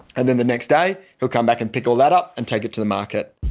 and then the next day, he'll come back and pick all that up, and take it to the market